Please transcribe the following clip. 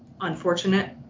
unfortunate